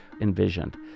envisioned